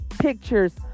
pictures